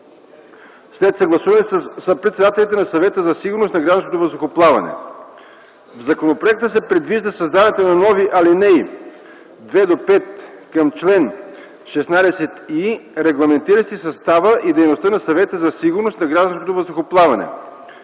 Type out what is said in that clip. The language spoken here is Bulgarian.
след съгласуване със съпредседателите на Съвета за сигурност на гражданското въздухоплаване. В законопроекта се предвижда създаването на нови алинеи от 2 до 5 към чл. 16и, регламентиращи състава и дейността на Съвета за сигурност на гражданското въздухоплаване.